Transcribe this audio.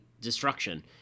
destruction